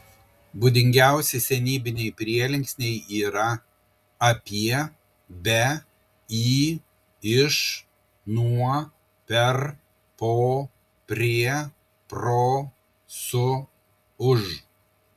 būdingiausi senybiniai prielinksniai yra apie be į iš nuo per po prie pro su už